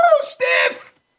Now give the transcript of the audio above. stiff